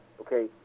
okay